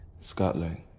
Scotland